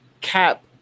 Cap